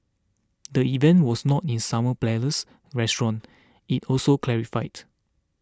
the event was not in Summer Palace restaurant it also clarified